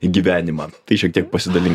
gyvenimą tai šiek tiek pasidalink